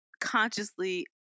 consciously